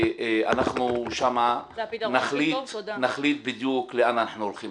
אנחנו שם נחליט בדיוק לאן אנחנו הולכים.